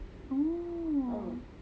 oh